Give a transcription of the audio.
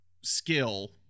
skill